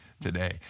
today